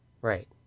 Right